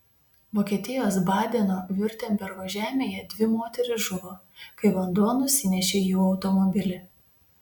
vokietijos badeno viurtembergo žemėje dvi moterys žuvo kai vanduo nusinešė jų automobilį